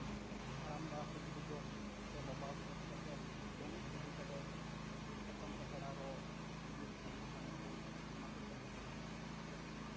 ᱦᱟᱲᱟᱢᱵᱟ ᱥᱮ ᱵᱩᱰᱤᱜᱚ ᱥᱮ ᱵᱟᱵᱟ ᱜᱚᱜᱚ ᱛᱟᱠᱚᱣᱟᱜ ᱫᱚ ᱢᱩᱬᱩᱫ ᱡᱤᱵᱤᱠᱟ ᱫᱚ ᱥᱟᱠᱟᱢ ᱯᱟᱛᱲᱟ ᱨᱚᱜ ᱵᱤᱨ ᱠᱷᱚᱱ ᱥᱟᱦᱟᱱ ᱟᱹᱜᱩ ᱚᱱᱟ ᱠᱚ ᱠᱟᱹᱢᱤᱜᱮ ᱛᱟᱦᱮᱸ ᱠᱟᱱ ᱛᱟᱠᱚᱣᱟ